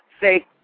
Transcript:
say